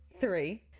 three